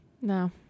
No